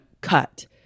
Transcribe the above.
cut